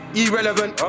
irrelevant